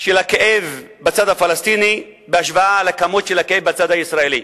של הכאב בצד הפלסטיני בהשוואה לכמות של הכאב בצד הישראלי.